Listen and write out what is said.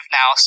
now